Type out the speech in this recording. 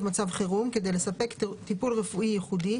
מצב חירום כדי לספק טיפול רפואי ייחודי,